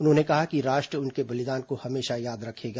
उन्होंने कहा कि राष्ट्र उनके बलिदान को हमेशा याद रखेगा